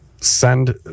send